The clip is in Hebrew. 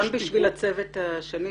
גם בשביל הצוות השני,